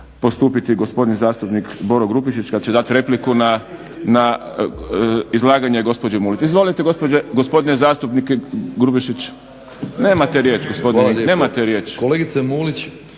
postupiti i gospodin zastupnik Boro Grubišić kad će dati repliku na izlaganje gospođe Mulić. Izvolite gospodine zastupniče Grubišić. …/Upadica sa strane,